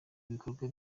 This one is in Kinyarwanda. ibikorwa